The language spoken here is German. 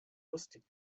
lustig